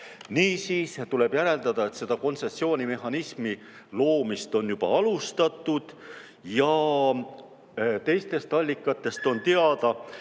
Niisiis tuleb järeldada, et selle kontsessioonimehhanismi loomist on juba alustatud, ja teistest allikatest on teada,